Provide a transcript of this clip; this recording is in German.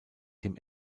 dem